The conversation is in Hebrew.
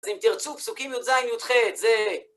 אז אם תרצו, פסוקים י"ז-י"ח זה...